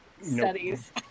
studies